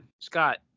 Scott